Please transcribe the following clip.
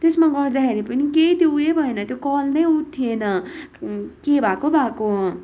त्यसमा गर्दाखेरि पनि केही त्यो उहो भएन त्यो कल नै उठिएन के भएको भएको